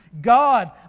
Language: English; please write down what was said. God